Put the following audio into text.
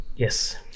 Yes